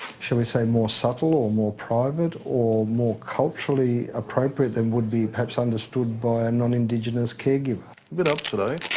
shall we say, more subtle or more private or more culturally appropriate than would be perhaps understood by a and non-indigenous caregiver. bit up today.